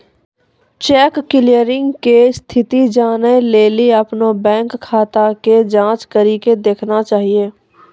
cheque clearing के स्थिति जानै लेली अपनो बैंक खाता के जांच करि के देखना चाहियो